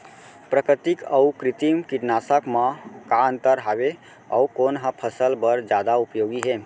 प्राकृतिक अऊ कृत्रिम कीटनाशक मा का अन्तर हावे अऊ कोन ह फसल बर जादा उपयोगी हे?